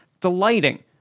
delighting